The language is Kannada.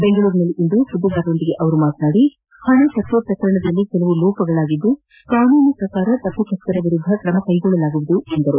ಬೆಂಗಳೂರಿನಲ್ಲಿಂದು ಸುದ್ದಿಗಾರರೊಂದಿಗೆ ಮಾತನಾಡಿದ ಅವರು ಹಣ ಪತ್ತೆ ಪ್ರಕರಣದಲ್ಲಿ ಕೆಲವು ಲೋಪಗಳಾಗಿದ್ದು ಕಾನೂನು ಪ್ರಕಾರ ತಪ್ಪಿತಸ್ಥರ ವಿರುದ್ದ ಕ್ರಮ ಕೈಗೊಳ್ಳಲಾಗುವುದು ಎಂದರು